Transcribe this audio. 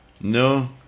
No